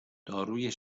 داروی